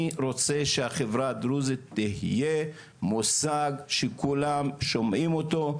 אני רוצה שהחברה הדרוזית תהיה מושג שכולם שומעים אותו,